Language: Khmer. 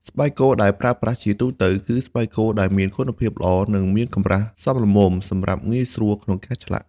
ស្បែកគោដែលប្រើប្រាស់ជាទូទៅគឺស្បែកគោដែលមានគុណភាពល្អ និងមានកម្រាស់សមល្មមសម្រាប់ងាយស្រួលក្នុងការឆ្លាក់។